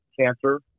cancer